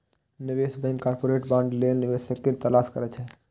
निवेश bank corporate bond लेल निवेशक के तलाश करै छै